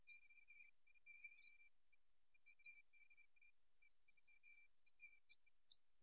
கால்கள் தவிர ஆதிக்கத்தின் சமிக்ஞையாக சரியாக விளக்கப்படுகிறது இது உறுதியானது மற்றும் அசையாதது